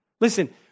Listen